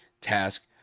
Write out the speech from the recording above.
task